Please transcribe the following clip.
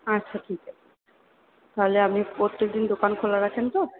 আচ্ছা ঠিক আছে তাহলে আপনি প্রত্যেকদিন দোকান খোলা রাখেন তো